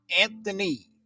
Anthony